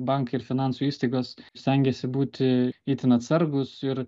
bankai ir finansų įstaigos stengiasi būti itin atsargūs ir